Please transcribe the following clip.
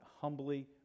humbly